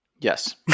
Yes